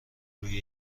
روی